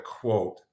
quote